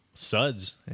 Suds